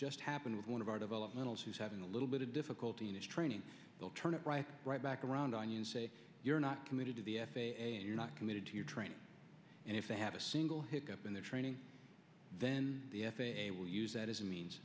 just happened with one of our developmental she's having a little bit of difficulty in this training will turn it right right back around on you and say you're not committed to the f a a and you're not committed to your training and if they have a single hiccup in their training then the f a a will use that as a means